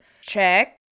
Check